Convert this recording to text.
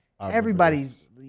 everybody's